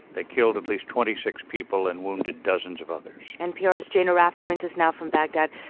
they killed at least twenty six people and wounded dozens of others npr's jane arraf joins us now from baghdad.